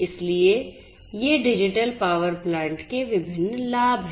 इसलिएये digital power plant के विभिन्न लाभ हैं